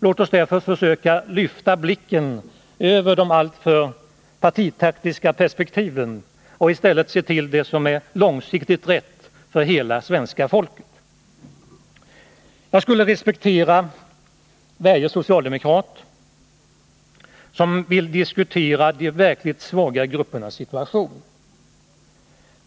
Låt oss därför försöka lyfta blicken över de alltför partitaktiska perspektiven och i stället se till det som långsiktigt är rätt för hela det svenska folket! Jag skulle respektera varje socialdemokrat som ville diskutera de verkligt svaga gruppernas situation.